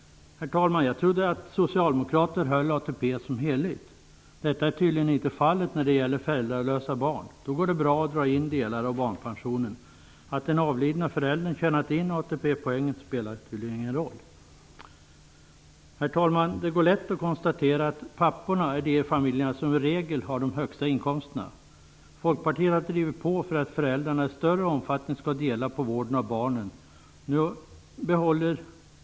Jag trodde att socialdemokrater höll ATP som något heligt. Så är tydligen inte fallet när det gäller föräldralösa barn. Då går det bra att dra in delar av barnpensionen. Att den avlidne föräldern tjänat in ATP-poängen spelar tydligen ingen roll. Herr talman! Det är lätt att konstatera att det i regel är papporna i familjerna som har de högsta inkomsterna. Folkpartiet har drivit på för att föräldrarna i större omfattning skall dela på vården av barnen.